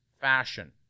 fashion